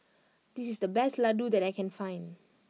this is the best Ladoo that I can find